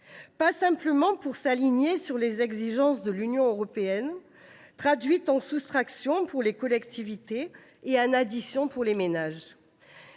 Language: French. Pas simplement pour s’aligner sur les exigences de l’Union européenne, traduites en soustractions pour les collectivités et en additions pour les ménages.